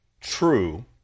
true